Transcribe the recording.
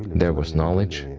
there was knowledge,